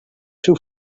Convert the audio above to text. too